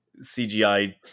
CGI